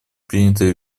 принятые